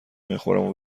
میخورم